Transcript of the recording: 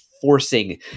forcing